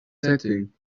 setting